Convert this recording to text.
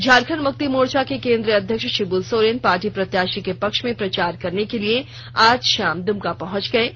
झारखण्ड मुक्ति मोर्चा के केन्द्रीय अध्यक्ष शिब् सोरेन पार्टी प्रत्याशी के पक्ष में प्रचार करने के लिए आज शाम द्मका पहंच गये हैं